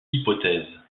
hypothèse